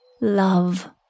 Love